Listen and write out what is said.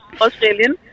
Australian